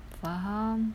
faham